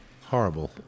horrible